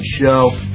show